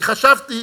אני חשבתי,